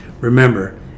Remember